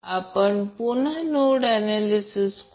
आपण पुन्हा node analysis करूया